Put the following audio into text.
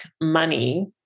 money